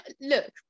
look